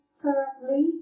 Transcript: correctly